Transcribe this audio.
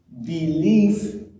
Belief